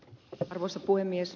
arvoisa puhemies